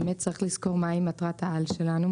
באמת צריך לזכור מהי מטרת העל שלנו.